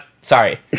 Sorry